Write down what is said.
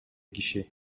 киши